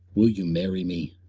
will you marry me?